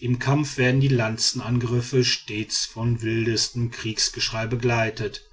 im kampf werden die lanzenangriffe stets von wildestem kriegsgeschrei begleitet